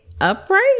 upright